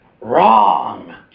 Wrong